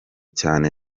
cyane